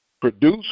Produce